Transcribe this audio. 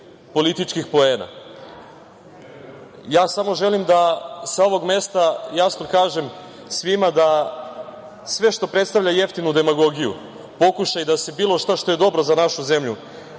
političkih poena. Ja samo želim da sa ovog mesta jasno kažem svima da sve što predstavlja jeftinu demagogiju, pokušaj da se bilo šta što je dobro za našu zemlju